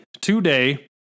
today